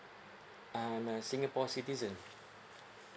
I'm a singapore citizen